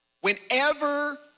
Whenever